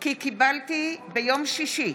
כי קיבלתי ביום שישי,